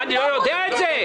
האם אני לא יודע את זה?